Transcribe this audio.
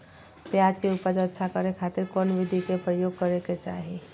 प्याज के उपज अच्छा करे खातिर कौन विधि के प्रयोग करे के चाही?